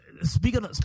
Speaking